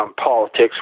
politics